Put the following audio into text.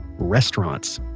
restaurants.